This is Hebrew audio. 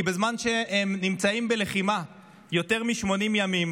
כי בזמן שהם נמצאים בלחימה יותר מ-80 ימים,